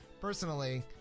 personally